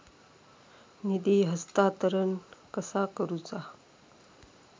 निधी हस्तांतरण कसा करुचा?